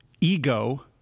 ego